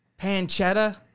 pancetta